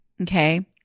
Okay